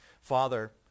Father